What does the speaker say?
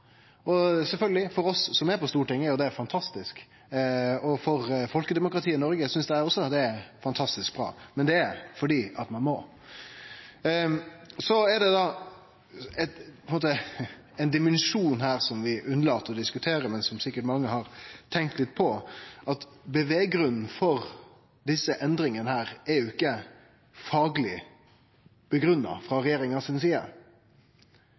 Og sjølvsagt, for oss som er på Stortinget, er det fantastisk, og for folkedemokratiet i Noreg synest eg òg det er fantastisk bra. Men det er fordi ein må. Så er det ein dimensjon her som vi unnlèt å diskutere, men som sikkert mange har tenkt litt på, nemleg at grunnen til desse endringane ikkje er fagleg grunngitt frå regjeringa si side.